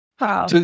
Wow